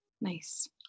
Nice